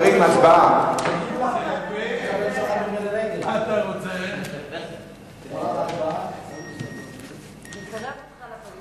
ההצעה להעביר את הנושא לוועדה שתקבע ועדת הכנסת נתקבלה.